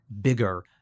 bigger